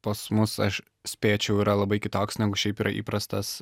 pas mus aš spėčiau yra labai kitoks negu šiaip yra įprastas